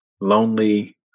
lonely